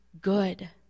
good